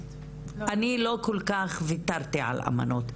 אני לא כל כך ויתרתי על האמנות.